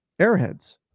Airheads